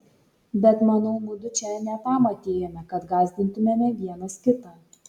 bet manau mudu čia ne tam atėjome kad gąsdintumėme vienas kitą